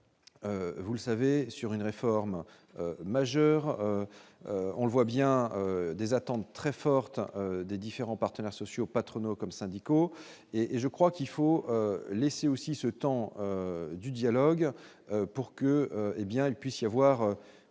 Vous le savez, sur une réforme majeure, on le voit bien des attentes très fortes des différents partenaires sociaux patronaux comme syndicaux et et je crois qu'il faut laisser aussi ce temps du dialogue pour que, hé bien il puisse y avoir